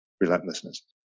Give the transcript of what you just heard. relentlessness